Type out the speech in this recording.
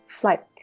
Flight